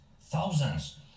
Thousands